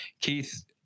Keith